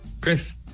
Chris